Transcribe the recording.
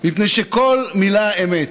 מפני שכל מילה אמת,